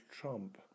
Trump